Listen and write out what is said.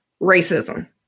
racism